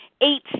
eight